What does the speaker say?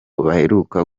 baheruka